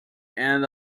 end